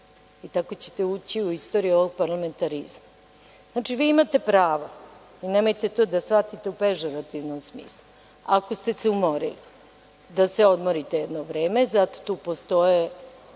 i tako ćete ući u istoriju ovog parlamentarizma. Znači, vi imate pravo, i nemojte to da shvatite u pežorativnom smislu, ako ste se umorili da se odmorite jedno vreme. Zato tu postoje